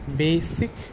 basic